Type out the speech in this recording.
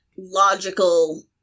logical